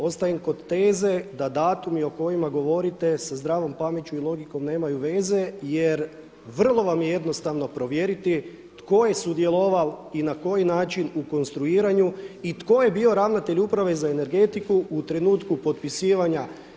Ostajem kod teze da datumi o kojima govorite sa zdravom pameću i logikom nemaju veze jer vrlo vam je jednostavno provjeriti tko je sudjelovao i na koji način u konstruiranju i tko je bio ravnatelj uprave za energetiku u trenutku potpisivanja.